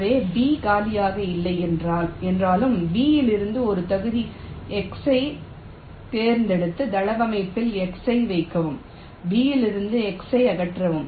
எனவே B காலியாக இல்லை என்றாலும் B இலிருந்து ஒரு தொகுதி X ஐத் தேர்ந்தெடுத்து தளவமைப்பில் X ஐ வைக்கவும் B இலிருந்து X ஐ அகற்றவும்